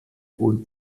und